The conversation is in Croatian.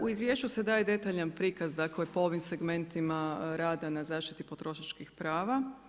U izvješću se daje detaljan prikaz po ovim segmentima rada na zaštiti potrošačkih prava.